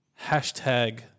Hashtag